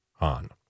on